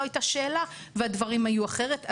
לא היתה שאלה והדברים היו אחרת.